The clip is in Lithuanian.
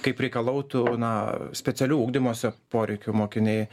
kaip reikalautų na specialiųjų ugdymosi poreikių mokiniai